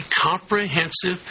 comprehensive